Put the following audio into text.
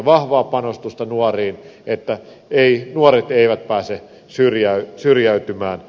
vahvaa panostusta nuoriin niin että nuoret eivät pääse syrjäytymään